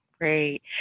Great